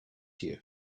you